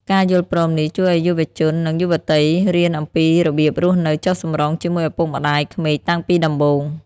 ការយល់ព្រមនេះជួយឱ្យយុវជន និងយុវតីរៀនអំពីរបៀបរស់នៅចុះសម្រុងជាមួយឪពុកម្ដាយក្មេកតាំងពីដំបូង។